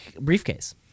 briefcase